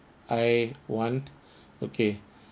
I want okay